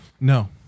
No